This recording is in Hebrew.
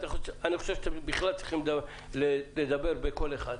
אני חושב שאתם בכלל צריכים לדבר בקול אחד,